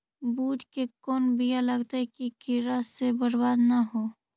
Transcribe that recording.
बुंट के कौन बियाह लगइयै कि कीड़ा से बरबाद न हो?